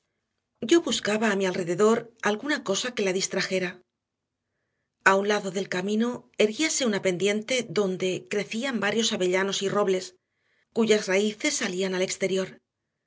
yo buscaba a mi alrededor alguna cosa que la distrajera a un lado del camino erguíase una pendiente donde crecían varios avellanos y robles cuyas raíces salían al exterior